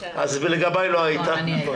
לישיבה.